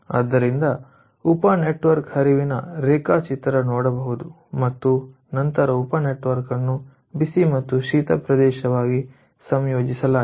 ಆದ್ದರಿಂದ ಉಪ ನೆಟ್ವರ್ಕ್ ಹರಿವಿನ ರೇಖಾಚಿತ್ರ ನೋಡಬಹುದಾದ ಮತ್ತು ನಂತರ ಉಪ ನೆಟ್ವರ್ಕ್ ಅನ್ನು ಬಿಸಿ ಮತ್ತು ಶೀತ ಪ್ರದೇಶವಾಗಿ ಸಂಯೋಜಿಸಲಾಗಿದೆ